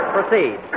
Proceed